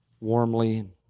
warmly